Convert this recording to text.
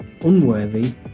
unworthy